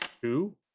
Two